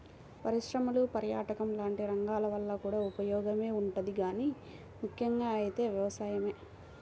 పరిశ్రమలు, పర్యాటకం లాంటి రంగాల వల్ల కూడా ఉపయోగమే ఉంటది గానీ ముక్కెంగా అయితే వ్యవసాయమే